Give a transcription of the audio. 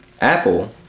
Apple